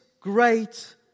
great